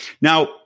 Now